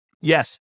Yes